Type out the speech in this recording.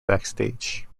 backstage